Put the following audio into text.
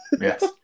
yes